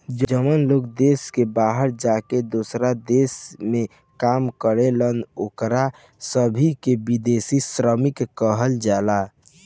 जवन लोग देश के बाहर जाके दोसरा देश में काम करेलन ओकरा सभे के विदेशी श्रमिक कहल जाला